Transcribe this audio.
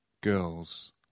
girls